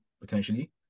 potentially